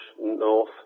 North